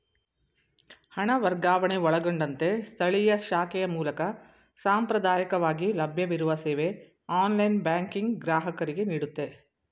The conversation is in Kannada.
ಹಣ ವರ್ಗಾವಣೆ ಒಳಗೊಂಡಂತೆ ಸ್ಥಳೀಯ ಶಾಖೆಯ ಮೂಲಕ ಸಾಂಪ್ರದಾಯಕವಾಗಿ ಲಭ್ಯವಿರುವ ಸೇವೆ ಆನ್ಲೈನ್ ಬ್ಯಾಂಕಿಂಗ್ ಗ್ರಾಹಕರಿಗೆನೀಡುತ್ತೆ